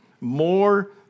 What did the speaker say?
more